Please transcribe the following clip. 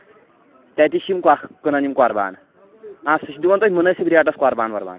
تَتہِ چھِ کٕنان یِم قۄربانہٕ آ سُہ چھِ دِوان توتہِ مُنٲسِب ریٹس قۄربان وۄربان